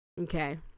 Okay